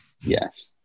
Yes